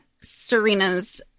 Serena's